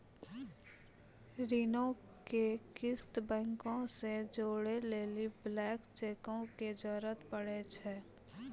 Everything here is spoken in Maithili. ऋणो के किस्त बैंको से जोड़ै लेली ब्लैंक चेको के जरूरत पड़ै छै